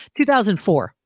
2004